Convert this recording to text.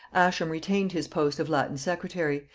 ascham retained his post of latin secretary,